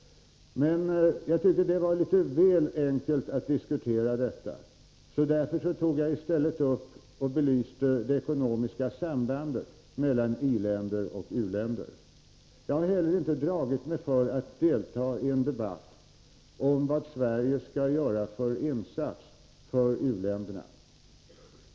Men jag tyckte att det var litet väl enkelt att diskutera detta, så därför tog jag i stället upp och belyste det ekonomiska sambandet mellan i-länder och u-länder. Jag har heller inte dragit mig för att delta i en debatt om vad Sverige skall göra för insats för u-länderna.